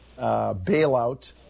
bailout